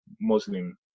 Muslim